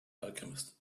alchemist